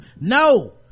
no